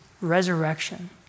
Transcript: resurrection